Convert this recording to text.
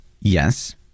Yes